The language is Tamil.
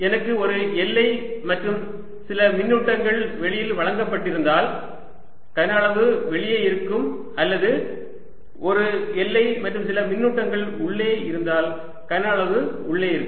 எனக்கு ஒரு எல்லை மற்றும் சில மின்னூட்டங்கள் வெளியில் வழங்கப்பட்டிருந்தால் கன அளவு வெளியே இருக்கும் அல்லது ஒரு எல்லை மற்றும் சில மின்னூட்டங்கள் உள்ளே இருந்தால் கன அளவு உள்ளே இருக்கும்